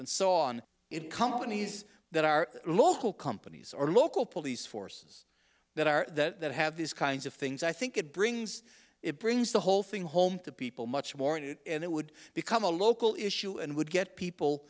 and so on it companies that are local companies or local police forces that are that have these kinds of things i think it brings it brings the whole thing home to people much more news and it would become a local issue and would get people